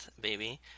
baby